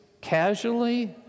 casually